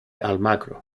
almagro